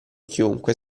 chiunque